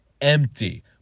Empty